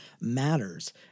matters